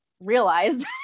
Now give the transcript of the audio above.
realized